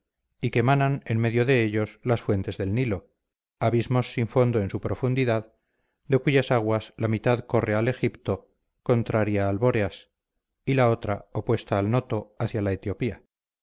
y que manan en medio de ellos las fuentes del nilo abismos sin fondo en su profundidad de cuyas aguas la mitad corre al egipto contraria al bóreas y la otra opuesta al noto hacia la etiopía